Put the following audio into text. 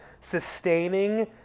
sustaining